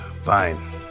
Fine